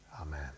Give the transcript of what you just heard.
Amen